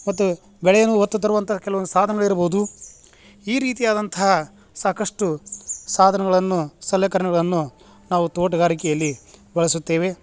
ಮತ್ತು ಬೆಳೆಯನ್ನು ಹೊತ್ತು ತರುವಂಥ ಕೆಲವೊಂದು ಸಾಧನಗಳು ಇರ್ಬೋದು ಈ ರೀತಿಯಾದಂತಹ ಸಾಕಷ್ಟು ಸಾಧನಗಳನ್ನು ಸಲಕರಣೆಗಳನ್ನು ನಾವು ತೋಟಗಾರಿಕೆಯಲ್ಲಿ ಬಳಸುತ್ತೇವೆ